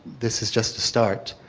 this is just a start.